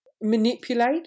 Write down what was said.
manipulate